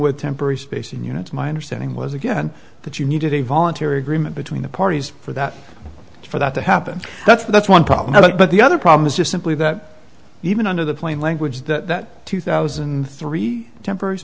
with temporary space and you know it's my understanding was again that you needed a voluntary agreement between the parties for that for that to happen that's that's one problem but the other problem is just simply that even under the plain language that two thousand and three tempers